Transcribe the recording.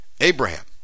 Abraham